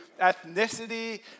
ethnicity